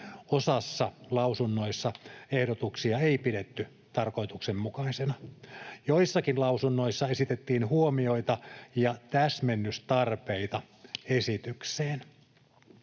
osassa lausunnoissa ehdotuksia ei pidetty tarkoituksenmukaisina. Joissakin lausunnoissa esitettiin huomioita ja täsmennystarpeita esitykseen.